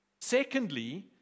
Secondly